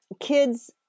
kids